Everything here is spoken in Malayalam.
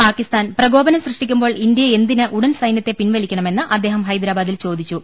പാക്കിസ്ഥാൻ പ്രകോപനം സൃഷ്ടിക്കുമ്പോൾ ഇന്ത്യ എന്തിന് ഉടൻ സൈന്യത്തെ പിൻവലിക്കണമെന്ന് അദ്ദേഹം ഹൈദരാബാ ദിൽ ചോദിച്ചു